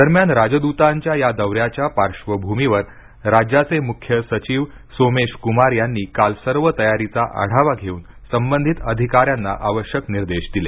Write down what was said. दरम्यान राजदूतांच्या या दौऱ्याच्या पार्श्वभूमीवर राज्याचे मुख्य सचिव सोमेश कुमार यांनी काल सर्व तयारीचा आढावा घेऊन संबंधित अधिकाऱ्यांना आवश्यक निर्देश दिले